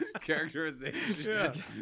characterization